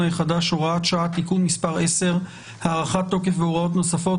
החדש (הוראת שעה) (תיקון מס' 10) (הארכת תוקף והוראות נוספות),